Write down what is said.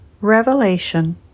Revelation